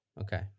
okay